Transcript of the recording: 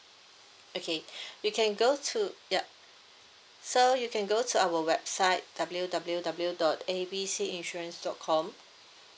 okay you can go to yup so you can go to our website W W W dot A B C insurance dot com